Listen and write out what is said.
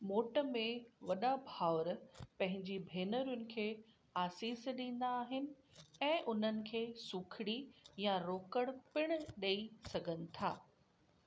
मोट में वॾा भाउर पंहिंजी भेनरुनि खे आसीस ॾींदा आहिनि ऐं उन्हनि खे सूखिड़ी या रोकड़ पिण ॾेई सघनि था